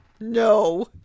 No